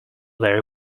very